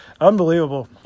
Unbelievable